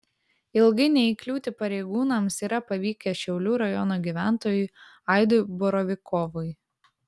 ilgai neįkliūti pareigūnams yra pavykę šiaulių rajono gyventojui aidui borovikovui